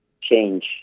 change